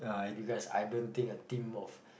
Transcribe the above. because I don't think a team of